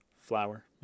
flower